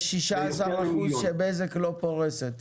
יש 16% שבזק לא פורסת - כן.